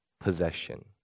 possession